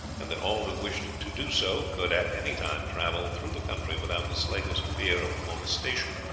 and that all who wished to do so could at any time travel through the country without the slightest fear of molestation.